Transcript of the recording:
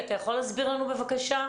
אתה יכול להסביר לנו, בבקשה?